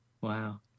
Wow